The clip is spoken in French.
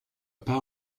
pas